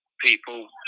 people